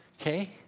Okay